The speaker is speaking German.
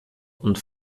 und